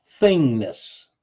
Thingness